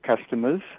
customers